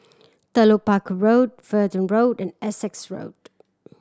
Telok Paku Road Verdun Road and Essex Road